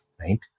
right